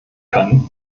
kann